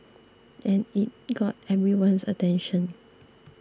and it got everyone's attention